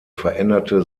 veränderte